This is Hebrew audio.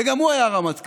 וגם הוא היה רמטכ"ל.